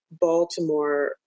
Baltimore